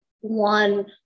one